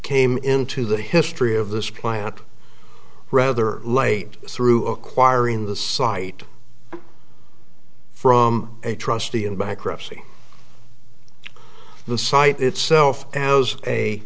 came into the history of this plant rather late through acquiring the site from a trustee in bankruptcy the site itself as a